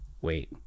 Wait